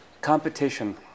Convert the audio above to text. competition